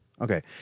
Okay